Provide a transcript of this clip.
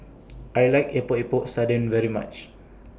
I like Epok Epok Sardin very much